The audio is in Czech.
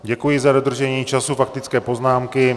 Děkuji za dodržení času faktické poznámky.